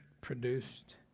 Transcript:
produced